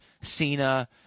Cena